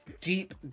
deep